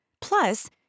Plus